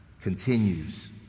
continues